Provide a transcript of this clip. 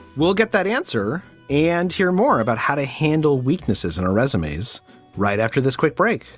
we'll get that answer and hear more about how to handle weaknesses in our resumes right after this quick break